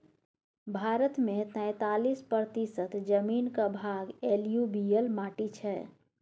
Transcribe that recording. भारत मे तैतालीस प्रतिशत जमीनक भाग एलुयुबियल माटि छै